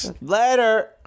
Later